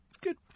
Good